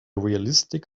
realistic